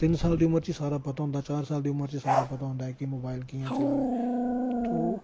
तिन साल दी उम्र च सारा पता होंदा चार साल दी उम्र च सारा पता होंदा के मोबाइल कि'यां चलाना ऐ तो